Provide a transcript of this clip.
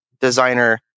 designer